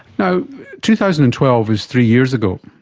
you know two thousand and twelve is three years ago,